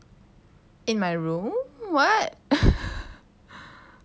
in my room what